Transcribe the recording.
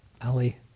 Ali